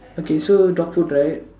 okay so dog food right